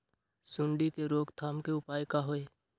सूंडी के रोक थाम के उपाय का होई?